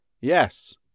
yes